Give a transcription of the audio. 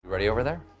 ready over there?